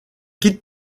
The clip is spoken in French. quitte